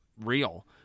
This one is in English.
real